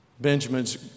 Benjamin's